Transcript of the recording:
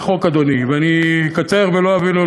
ואני לא רוצה להידרש לחוק,